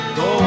go